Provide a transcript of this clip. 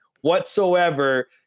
whatsoever